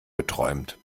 geträumt